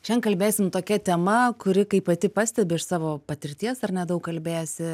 šiandien kalbėsim tokia tema kuri kaip pati pastebi iš savo patirties ar ne daug kalbėsi